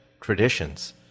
traditions